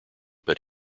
but